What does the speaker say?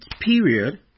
period